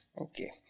Okay